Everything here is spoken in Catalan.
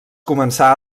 començà